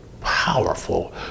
powerful